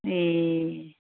ए